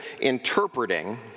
interpreting